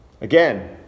Again